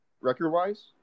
Record-wise